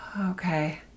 Okay